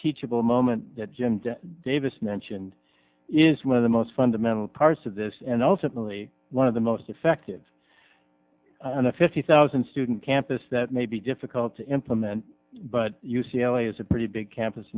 teachable moment that jim davis mentioned is one of the most fundamental parts of this and ultimately one of the most effective on a fifty thousand student campus that may be difficult to implement but u c l a is a pretty big campus